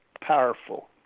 powerful